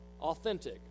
authentic